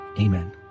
Amen